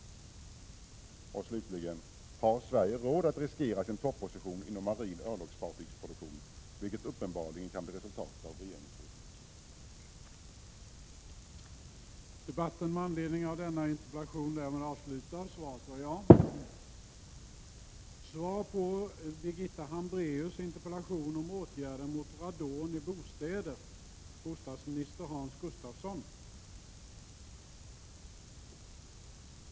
Och slutligen: Har Sverige råd att riskera sin topposition vad gäller örlogsfartygsproduktion, vilket uppenbarligen kan bli resultatet av regeringens politik.